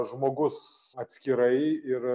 žmogus atskirai ir